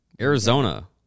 Arizona